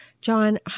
John